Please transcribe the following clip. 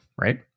right